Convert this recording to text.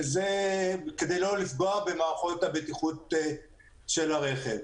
וזה כדי לא לפגוע במערכות הבטיחות של הרכב.